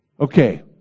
Okay